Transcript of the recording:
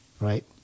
Right